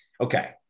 okay